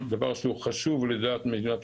אין שום חברה שמחלקת שום תרופה,